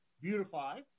beautify